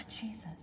Jesus